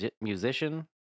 musician